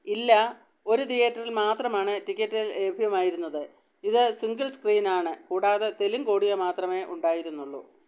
ഇല്ല ഒരു തിയേറ്ററിൽ മാത്രമാണ് ടിക്കറ്റ് ലഭ്യമായിരുന്നത് ഇത് സിംഗിൾ സ്ക്രീനാണ് കൂടാതെ തെലുങ്ക് ഓഡിയോ മാത്രമേ ഉണ്ടായിരുന്നുള്ളു